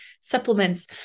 Supplements